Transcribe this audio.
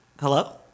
Hello